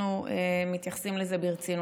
אנחנו מתייחסים לזה ברצינות.